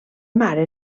mare